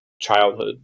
childhood